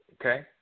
Okay